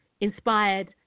inspired